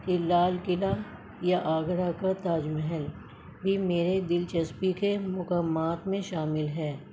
کے لال قلعہ یا آگرہ کا تاج محل بھی میرے دلچسپی کے مقامات میں شامل ہے